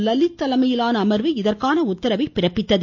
லலித் தலைமையிலான அமர்வு இதற்கான உத்தரவை பிறப்பித்தது